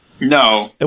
No